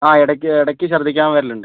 അ ഇടക്ക് ഇടക്ക് ശർദ്ദിക്കാൻ വരലുണ്ട്